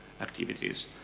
activities